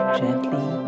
gently